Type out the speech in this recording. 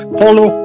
follow